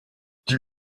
die